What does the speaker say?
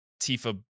Tifa